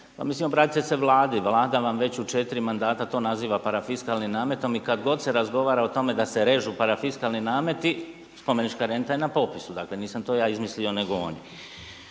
mislim obratite se Vladi. Vlada vam već u četiri mandata to naziva parafiskalnim nametom i kad god se razgovara o tome da se režu parafiskalni nameti spomenička renta je na popisu. Dakle, nisam to ja izmislio nego oni.